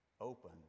open